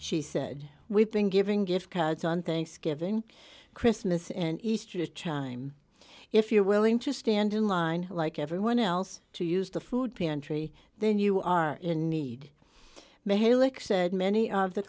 she said we've been giving gift cards on thanksgiving christmas and easter chime if you're willing to stand in line like everyone else to use the food pantry then you are in need mahela said many of the